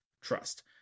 Trust